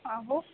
आहो